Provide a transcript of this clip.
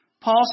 Paul